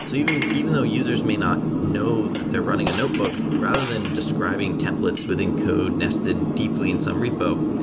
so even even though users may not know that they're running a notebook, rather than describing templates within code-nested deeply in some repo,